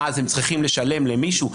אז הם צריכים לשלם למישהו.